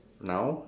now